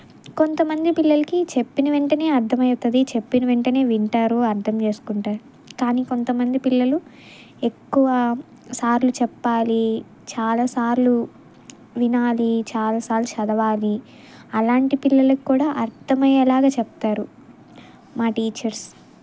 కొంతమంది పిల్లలకి చెప్పిన వెంటనే అర్థం అవుతుంది చెప్పిన వెంటనే వింటారు అర్థం చేసుకుంటే కానీ కొంతమంది పిల్లలు ఎక్కువ సార్లు చెప్పాలి చాలా సార్లు వినాలి చాలా సార్లు చదవాలి అలాంటి పిల్లలకు కూడా అర్థమయ్యేలాగా చెప్తారు మా టీచర్స్